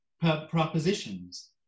propositions